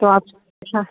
तो आप हाँ